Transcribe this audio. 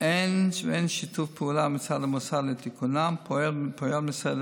ואין שיתוף פעולה מצד המוסד לתיקונם פועל משרד